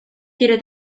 quiere